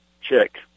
check